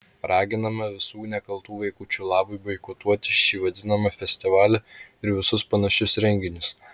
raginame visų nekaltų vaikučių labui boikotuoti šį vadinamą festivalį ir visus panašius renginius